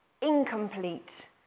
incomplete